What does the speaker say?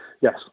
Yes